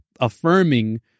affirming